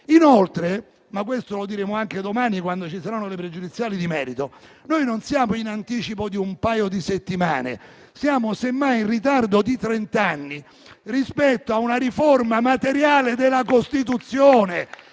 Inoltre - questo lo diremo anche domani, quando ci saranno le pregiudiziali di merito - noi non siamo in anticipo di un paio di settimane: siamo semmai in ritardo di trent'anni rispetto a una riforma materiale della Costituzione